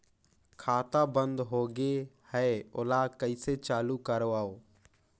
खाता बन्द होगे है ओला कइसे चालू करवाओ?